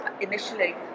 initially